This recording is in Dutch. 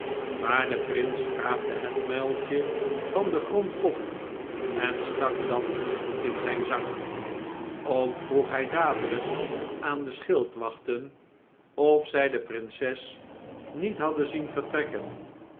maar de prins raapte het muiltje van den grond op en stak dat in zijn zak ook vroeg hij dadelijk aan de schildwachten of zij de prinses niet hadden zien vertrekken